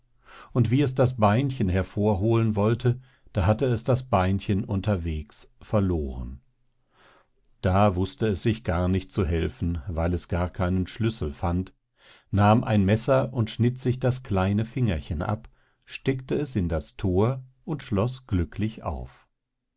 und wie es das beinchen hervorholen wollte da hatte es das beinchen unterweges verloren da wußte es sich gar nicht zu helfen weil es gar keinen schlüssel fand nahm ein messer und schnitt sich das kleine fingerchen ab steckte es in das thor und schloß glücklich auf